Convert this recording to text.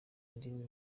indimi